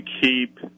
keep